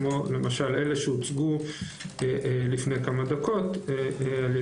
כמו למשל אלה שהוצגו לפני כמה דקות ע"י